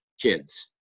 kids